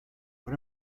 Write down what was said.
what